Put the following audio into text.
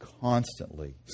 constantly